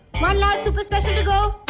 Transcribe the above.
one large super special to go.